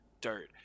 dirt